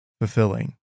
fulfilling